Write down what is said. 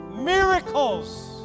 miracles